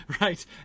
right